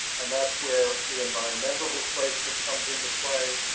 and that's where the environmental displacement comes into play,